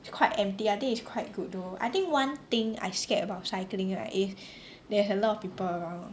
is quite empty I think is quite good though I think one thing I scared about cycling right is there's a lot of people around